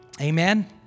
Amen